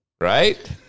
right